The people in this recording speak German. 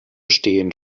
stehen